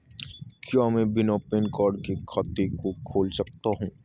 क्या मैं बिना पैन कार्ड के खाते को खोल सकता हूँ?